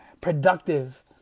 productive